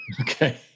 Okay